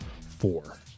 Four